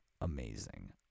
amazing